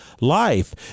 life